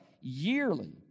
yearly